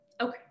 Okay